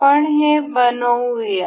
आपण हे बनवूया